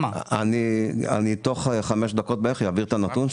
אני תוך חמש דקות, בערך, אעביר את הנתון.